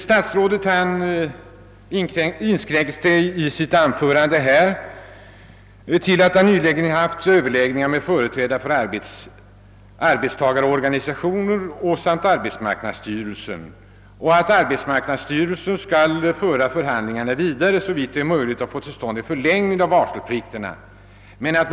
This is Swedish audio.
Statsrådet inskränkte sig till att säga att han nyligen har haft överläggningar i den frågan med arbetstagarorganisationer och <arbetsmarknadsstyrelsen. Statsrådet sade att arbetsmarknadsstyrelsen skall föra de förhandlingarna vidare för att undersöka möjligheterna att få en förlängning av varseltiderna till stånd.